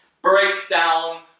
Breakdown